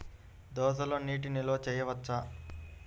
దోసలో నీటి నిల్వ చేయవచ్చా?